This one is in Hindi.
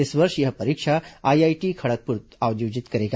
इस वर्ष यह परीक्षा आईआईटी खड़गपुर आयोजित करेगा